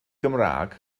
gymraeg